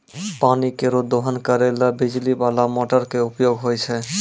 पानी केरो दोहन करै ल बिजली बाला मोटर क उपयोग होय छै